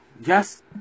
Yes